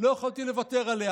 לא יכולתי לוותר עליה,